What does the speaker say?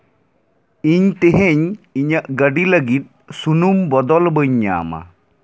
ᱤᱧ ᱛᱮᱦᱮᱧ ᱤᱧᱟᱹᱜ ᱜᱟᱹᱰᱤ ᱞᱟᱹᱜᱤᱫ ᱥᱩᱱᱩᱢ ᱵᱚᱫᱚᱞ ᱵᱟᱹᱧ ᱧᱟᱢᱟ